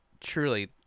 truly